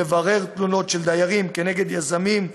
לברר תלונות של דיירים כנגד יזמים,